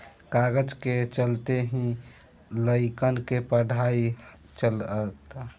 कागज के चलते ही लइकन के पढ़ाई चलअता